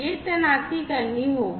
यह तैनाती करनी होगी